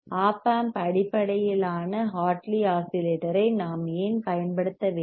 op amp அடிப்படையிலான Hartley ஆஸிலேட்டரை நாம் ஏன் பயன்படுத்த வேண்டும்